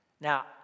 Now